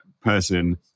person